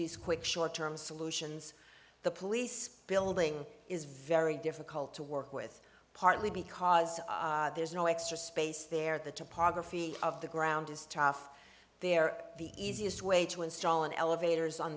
these quick short term solutions the police building is very difficult to work with partly because there's no extra space there the topography of the ground is tough there the easiest way to install an elevator is on